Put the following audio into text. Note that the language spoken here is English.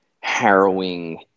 harrowing